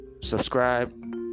subscribe